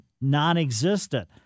non-existent